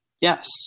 Yes